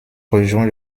rejoint